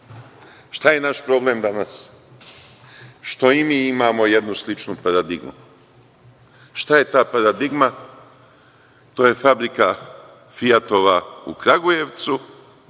Šta je naš problem danas? Što i mi imamo jednu sličnu paradigmu. Šta je ta paradigma? To je fabrika „Fijatova“ u Kragujevcu,